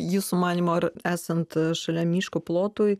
jūsų manymu ar esant šalia miško plotui